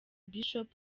bishop